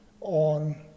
on